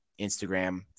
instagram